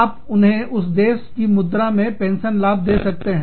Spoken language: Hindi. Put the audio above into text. आप उन्हें उस देश की मुद्रा में पेंशन लाभ दे सकते हैं